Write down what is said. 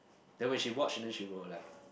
then when she watched then she will like